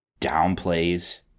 downplays